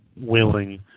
willing